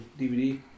DVD